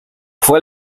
fue